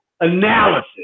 analysis